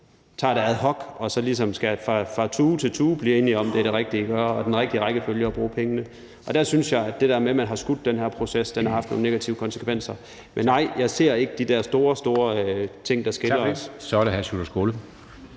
tage det ad hoc og så fra tue til tue skal blive enige om, at det er det rigtige at gøre og den rigtige rækkefølge at bruge pengene. Der synes jeg, at det der med, at man har skudt den her proces, har haft nogle negative konsekvenser. Men nej, jeg ser ikke de der store, store ting, der skiller os. Kl. 18:57 Formanden